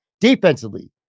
Defensively